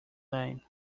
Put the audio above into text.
line